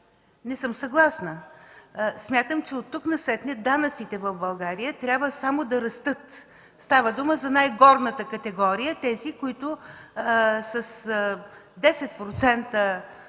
Не съм съгласна. Смятам, че от тук насетне данъците в България трябва само да растат. Става въпрос за най-горната категория – тези, които с 10%